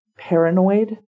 paranoid